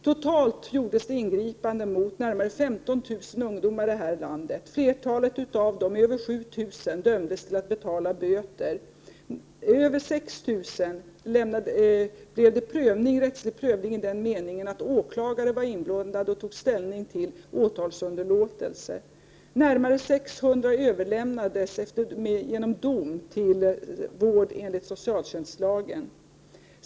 Totalt gjordes ingripanden mot närmare 15 000 ungdomar i detta land. Flertalet av dem — över 7 000 —- dömdes att betala böter. För över 6 000 ungdomar blev det rättslig prövning i den meningen att åklagare var inblandad och tog ställning till åtalsunderlåtelse. Närmare 600 överlämnades genom dom till vård enligt socialtjänstlagen.